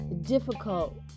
difficult